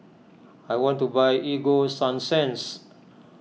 I want to buy Ego Sunsense